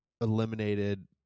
eliminated